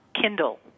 Kindle